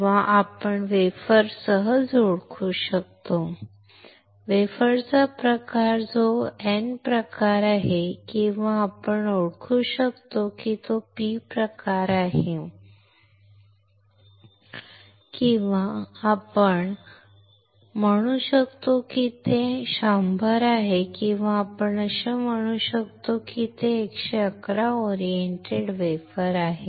किंवा आपण वेफर सहज ओळखू शकतो वेफरचा प्रकार जो n प्रकार आहे किंवा आपण ओळखू शकतो की तो p प्रकार आहे किंवा आपण म्हणू शकतो की ते 100 आहे किंवा आपण म्हणू शकतो की ते 111 ओरिएंटेड वेफर आहे